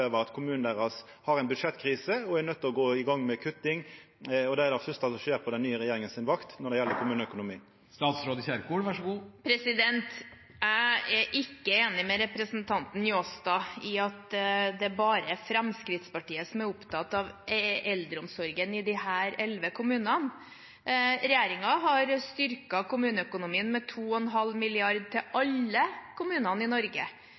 at kommunane deira har ei budsjettkrise og er nøydde til å gå i gang med å kutta. Det er det første som skjer på den nye regjeringa si vakt når det gjeld kommuneøkonomien. Jeg er ikke enig med representanten Njåstad i at det bare er Fremskrittspartiet som er opptatt av eldreomsorgen i disse elleve kommunene. Regjeringen har styrket kommuneøkonomien med 2,5 mrd. kr til alle kommunene i